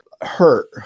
hurt